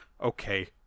okay